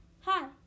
Hi